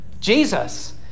Jesus